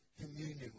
communion